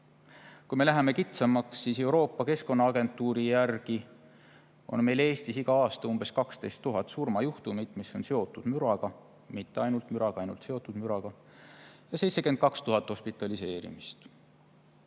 Kui me läheme kitsamaks, siis Euroopa Keskkonnaagentuuri järgi on meil Eestis igal aastal umbes 12 000 surmajuhtumit, mis on seotud müraga – mitte müra [tõttu], ainult seotud müraga –, ja 72 000 hospitaliseerimist.